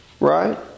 Right